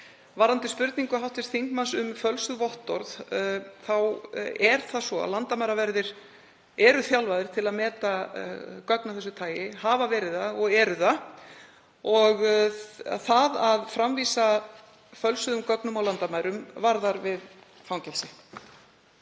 Varðandi spurningu hv. þingmanns um fölsuð vottorð er það svo að landamæraverðir eru þjálfaðir til að meta gögn af þessu tagi, hafa verið það og eru það. Það að framvísa fölsuðum gögnum á landamærum varðar fangelsi.